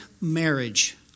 Marriage